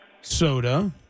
soda